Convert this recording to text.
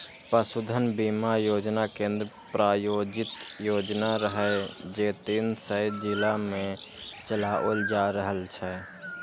पशुधन बीमा योजना केंद्र प्रायोजित योजना रहै, जे तीन सय जिला मे चलाओल जा रहल छै